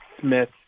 Smith